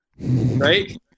right